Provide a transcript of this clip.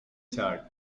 chart